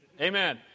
Amen